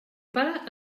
pare